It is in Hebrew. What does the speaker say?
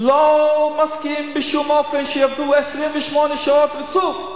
לא מסכים בשום אופן שיעבדו 28 שעות רצוף,